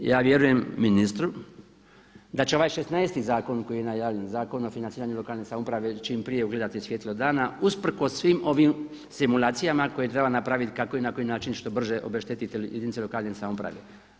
Ja vjerujem ministru da će ovaj 16. zakon koji je najavljen, Zakon o financiranju lokalne samouprave čim prije ugledati svjetlo dana usprkos svim ovim simulacijama koje treba napraviti kako i na koji način što brže obeštetiti jedinice lokalne samouprave.